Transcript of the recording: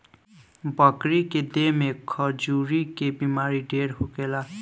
बकरी के देह में खजुली के बेमारी ढेर होखेला